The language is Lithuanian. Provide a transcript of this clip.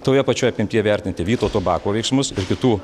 toje pačioje apimtyje vertinti vytauto bako veiksmus ir kitų